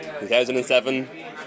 2007